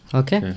okay